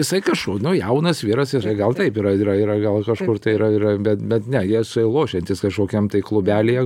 jisai kažkur nu jaunas vyras jisai gal taip yra yra yra gal kažkur tai yra yra bet bet ne jie su juo lošiantys kažkokiam tai klubelyje